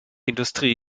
industrie